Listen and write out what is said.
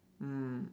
mm